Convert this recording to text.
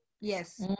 Yes